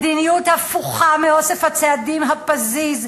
מדיניות הפוכה מאוסף הצעדים הפזיז,